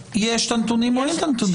יש את הנתונים או אין את הנתונים?